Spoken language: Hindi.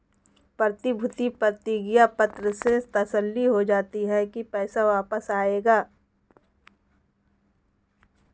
प्रतिभूति प्रतिज्ञा पत्र से तसल्ली हो जाती है की पैसा वापस आएगा